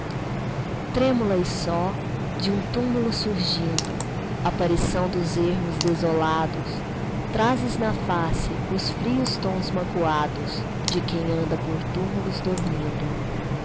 trêmula e só de um túmulo surgindo aparição dos ermos desolados trazes na face os frios tons magoados de quem anda por túmulos dormindo